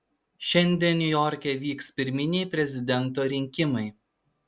šiandien niujorke vyks pirminiai prezidento rinkimai